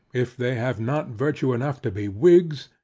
if they have not virtue enough to be whigs,